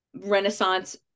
Renaissance